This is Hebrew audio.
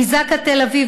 מזק"א תל אביב,